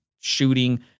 shooting